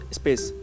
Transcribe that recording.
space